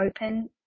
open